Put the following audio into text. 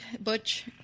Butch